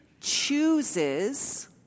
chooses